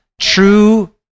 True